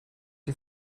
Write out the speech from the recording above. die